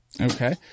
Okay